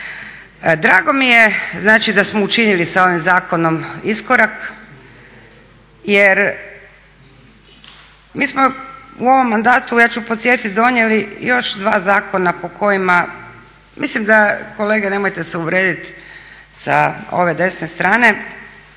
Drago mi je znači da smo učinili sa ovim zakonom iskorak, jer mi smo u ovom mandatu, ja ću podsjetiti donijeli još dva zakona po kojima mislim da kolege nemojte se uvrijediti sa ove desne strane